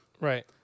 Right